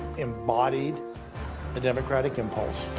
embodied the democratic impulse,